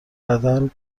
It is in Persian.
بدل